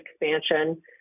expansion